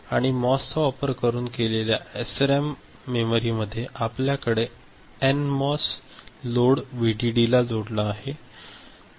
आणि मॉस चा वापर करून केलेल्या एसरॅम मेमरीमध्ये आपल्याकडे एनमॉस लोड व्हीडीडीला जोडलेला आहे